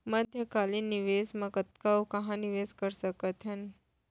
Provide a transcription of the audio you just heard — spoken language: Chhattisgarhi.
मध्यकालीन निवेश म कतना अऊ कहाँ निवेश कर सकत हन?